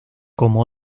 como